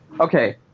okay